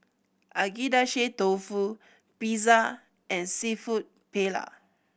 Agedashi Dofu Pizza and Seafood Paella